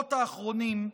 בשבועות האחרונים,